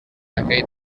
aquell